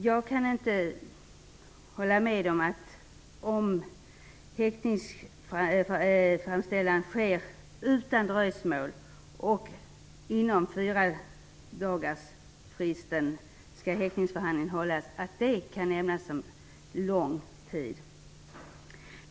Jag kan inte hålla med om att det kan räknas som lång tid om häktningsframställning sker utan dröjsmål och inom fyradagarsfristen.